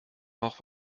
auch